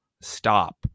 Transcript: stop